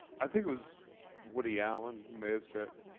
i think it was woody allen, who may have said,